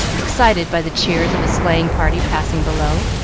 excited by the cheers of a sleighing party passing below.